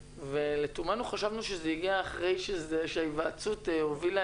ולתומנו חשבנו שזה הגיע אחרי שההיוועצות הובילה